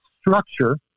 structure